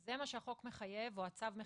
זה מה שהחוק או הצו מחייב.